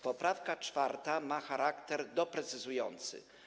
Poprawka czwarta ma charakter doprecyzowujący.